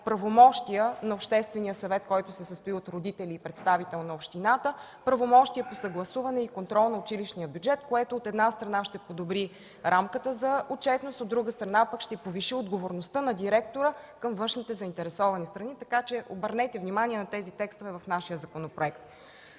правомощия на Обществения съвет, който се състои от родители и представител на общината; правомощия по съгласуване и контрол на училищния бюджет, което, от една страна, ще подобри рамката за отчетност, от друга страна, пък ще повиши отговорността на директора към външните заинтересовани страни, така че обърнете внимание на тези текстове в нашия законопроект.